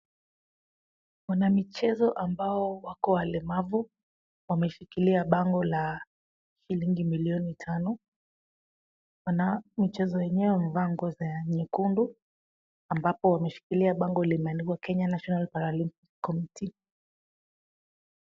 Wanamichezo ambao wako walemavu, wameshikilia bango la shilingi milioni tano, wanamichezo wenyewe wamevaa nguo za nyekundu, ambapo wameshikilia bango limeandikwa Kenya Paralitic Commetee.